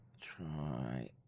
try